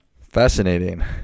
fascinating